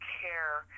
care